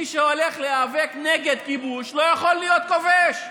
מי שהולך להיאבק נגד כיבוש לא יכול להיות כובש.